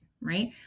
right